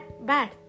bad